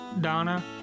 Donna